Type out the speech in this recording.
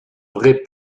vrai